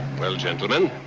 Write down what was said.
well gentlemen,